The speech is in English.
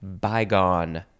bygone